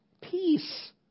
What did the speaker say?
peace